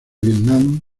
vietnam